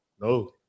No